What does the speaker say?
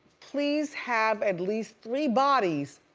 please have at least three bodies.